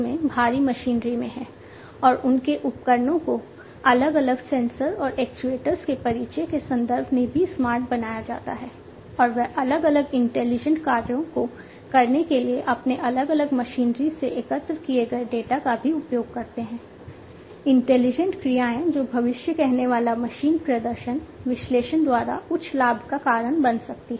Komatsu क्रियाएं जो भविष्य कहनेवाला मशीन प्रदर्शन विश्लेषण द्वारा उच्च लाभ का कारण बन सकती हैं